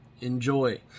enjoy